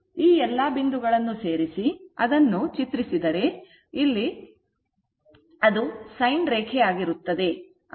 ಈ ಎಲ್ಲ ಬಿಂದುಗಳನ್ನು ಸೇರಿಸಿ ಅದನ್ನು ಚಿತ್ರಿಸಿದರೆ ಅದು ಸೈನ್ ರೇಖೆ ಆಗಿರುತ್ತದೆ